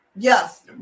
Yes